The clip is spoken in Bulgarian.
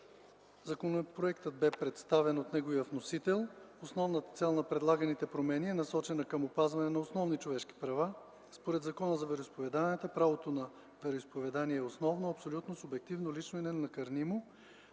Законопроектът бе представен от неговия вносител. Основната цел на предлаганите промени е насочена към опазване на основни човешки права. Според Закона за вероизповеданията правото на вероизповедание е основно, абсолютно, субективно, лично и ненакърнимо.